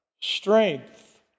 strength